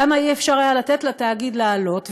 למה אי-אפשר היה לתת לתאגיד לעלות,